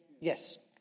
Yes